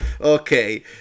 Okay